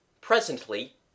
Presently